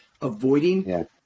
avoiding